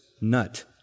nut